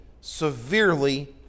severely